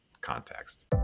context